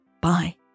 Bye